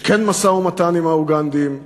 כן יש משא-ומתן עם האוגנדים,